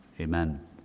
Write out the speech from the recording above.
Amen